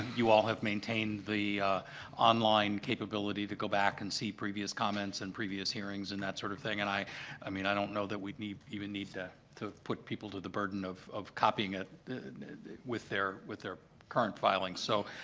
you all have maintained the online capability to go back and see previous comments and previous hearings and that sort of thing. and i i mean, i don't know that we'd even need to to put people to the burden of of copying it with their with their current filing. so,